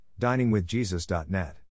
DiningWithJesus.net